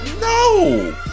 no